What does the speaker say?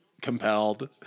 compelled